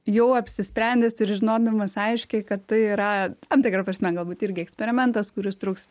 jau apsisprendęs ir žinodamas aiškiai kad tai yra tam tikra prasme galbūt irgi eksperimentas kuris truks